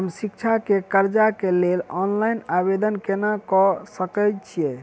हम शिक्षा केँ कर्जा केँ लेल ऑनलाइन आवेदन केना करऽ सकल छीयै?